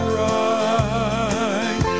right